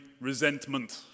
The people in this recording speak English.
resentment